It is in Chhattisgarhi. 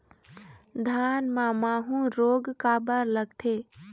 धान म माहू रोग काबर लगथे?